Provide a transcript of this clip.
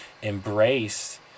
Embrace